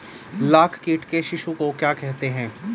लाख कीट के शिशु को क्या कहते हैं?